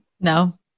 No